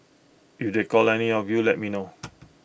if they call any of you let me know